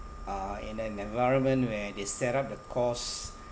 uh in an environment where they set up the course